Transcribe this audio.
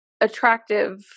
attractive